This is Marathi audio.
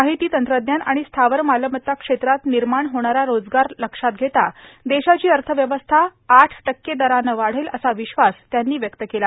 माहिती तंत्रज्ञान आणि स्थावर मालमत्ता क्षेत्रात निर्माण होणारा रोजगार लक्षात घेता देशाची अर्थव्यवस्था आठ टक्के दरानं वाढेल असा विश्वास त्यांनी व्यक्त केला